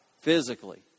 physically